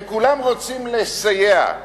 הם כולם רוצים לסייע,